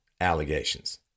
allegations